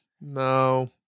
no